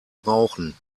brauchen